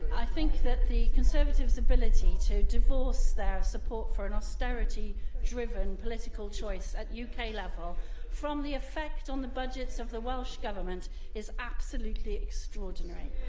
i think that the conservatives' ability to divorce their support for an austerity driven political choice at yeah uk level from the effect on the budgets of the welsh government is absolutely extraordinary.